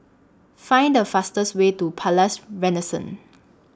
Find The fastest Way to Palais Renaissance